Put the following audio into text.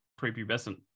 prepubescent